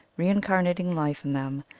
reincarnating life in them,